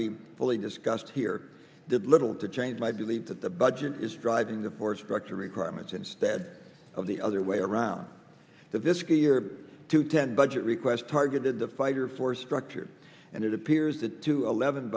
be fully discussed here did little to change my belief that the budget is driving the force structure requirements instead of the other way around the fiscal year two ten budget request targeted the fighter for structure and it appears the two eleven